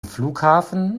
flughafen